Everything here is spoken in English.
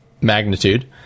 magnitude